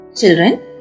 Children